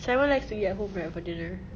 simon likes to eat at home right for dinner